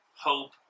hope